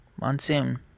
Monsoon